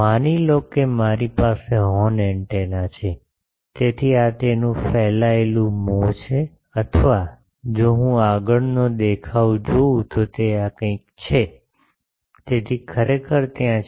માની લો કે મારી પાસે હોર્ન એન્ટેના છે તેથી આ તેનું ફેલાયેલું મોં છે અથવા જો હું આગળનો દેખાવ જોઉં તો તે આ કંઈક છે તેથી ખરેખર ત્યાં છે